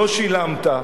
לא שילמת".